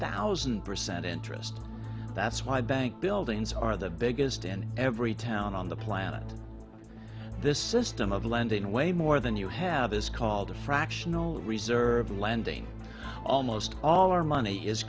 thousand percent interest that's why bank buildings are the biggest in every town on the planet this system of lending way more than you have is called a fractional reserve lending almost all our money is